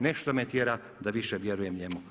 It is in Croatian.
Nešto me tjera da više vjerujem njemu.